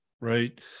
Right